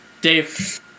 Dave